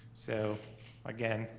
so again,